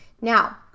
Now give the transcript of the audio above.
Now